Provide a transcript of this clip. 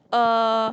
uh